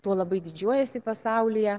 tuo labai didžiuojasi pasaulyje